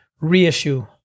reissue